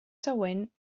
següent